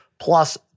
plus